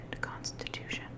constitution